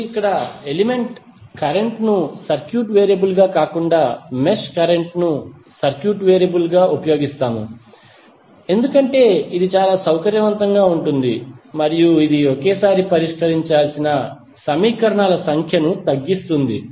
ఇప్పుడు ఇక్కడ element current ను సర్క్యూట్ వేరియబుల్గా కాకుండా మెష్ కరెంట్ ను సర్క్యూట్ వేరియబుల్ గా ఉపయోగిస్తాము ఎందుకంటే ఇది చాలా సౌకర్యవంతంగా ఉంటుంది మరియు ఇది ఒకేసారి పరిష్కరించాల్సిన సమీకరణాల సంఖ్యను తగ్గిస్తుంది